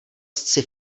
sci